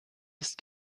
ist